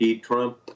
Trump